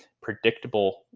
predictable